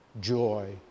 joy